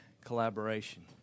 collaboration